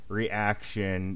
reaction